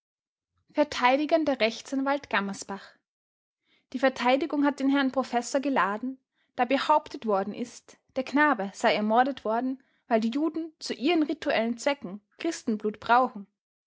vert rechtsanwalt gammersbach die verteidigung hat den herrn professor geladen da behauptet worden ist der knabe sei ermordet worden weil die juden zu ihren rituellen zwecken christenblut brauchen